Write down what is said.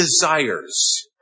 desires